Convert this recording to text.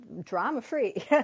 drama-free